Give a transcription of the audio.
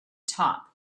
top